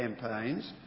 campaigns